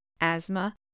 asthma